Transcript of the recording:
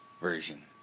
version